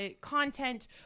content